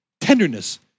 tenderness